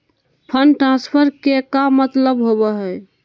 Fund transfer के का मतलब होव हई?